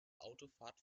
autofahrt